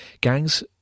Gangs